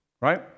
right